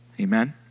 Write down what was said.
Amen